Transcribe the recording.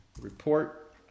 report